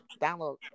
download